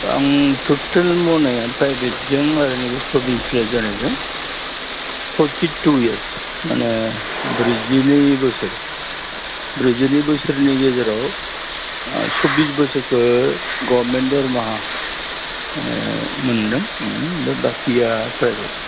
आं ट'टेल मावनाया प्राइभेटजों आरो नैबे प्रभिन्सियेलाइज्द जानायजों फर्टि टु यार्स माने ब्रैजिनै बोसोर ब्रैजिनै बोसोरनि गेजेराव सब्बिस बोसोरखौ गभरमेन्ट दरमाहा माने मोन्दों बाकिआ प्राइभेट